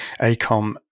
Acom